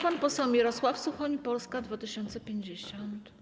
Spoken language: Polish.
Pan poseł Mirosław Suchoń, Polska 2050.